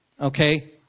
Okay